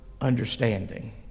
understanding